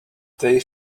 they